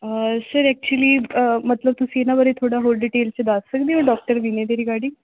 sir actually ਮਤਲਬ ਤੁਸੀਂ ਇਹਨਾਂ ਬਾਰੇ ਥੋੜ੍ਹਾ ਹੋਰ ਡਿਟੇਲ 'ਚ ਦੱਸ ਸਕਦੇ ਹੋ ਡੋਕਟਰ ਵੀਨੇ ਦੇ ਰਿਗਾਰਡਿੰਗ